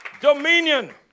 dominion